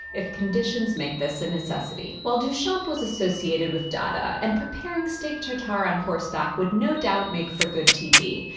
if conditions make this a necessity. while duchamp was associated with dada and preparing steak tartare on horseback would no doubt make for good tv,